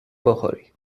بخوریم